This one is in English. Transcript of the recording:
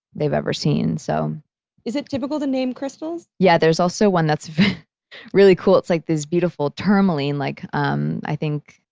they've ever seen. so is it typical to name crystals? yeah, there's also one that's really cool. it's like this beautiful tourmaline, like um i think,